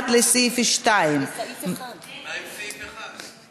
1 לסעיף 2, מה עם סעיף 1?